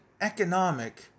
economic